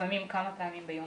לפעמים כמה פעמים ביום,